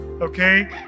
okay